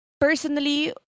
Personally